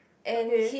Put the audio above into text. okay